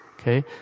Okay